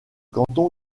canton